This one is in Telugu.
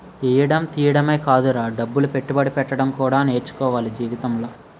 ఎయ్యడం తియ్యడమే కాదురా డబ్బులు పెట్టుబడి పెట్టడం కూడా నేర్చుకోవాల జీవితంలో